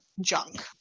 junk